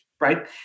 right